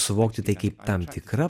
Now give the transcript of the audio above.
suvokti tai kaip tam tikra